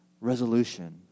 resolution